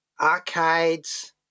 arcades